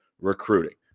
recruiting